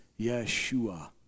Yeshua